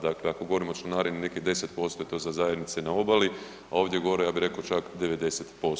Dakle, ako govorimo o članarini o nekih 10%, to za zajednice na obali, a ovdje gore, ja bih rekao, čak 90%